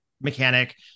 mechanic